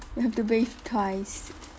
you have to bathe twice